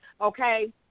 okay